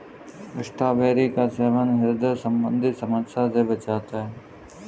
strawberry का सेवन ह्रदय संबंधी समस्या से बचाता है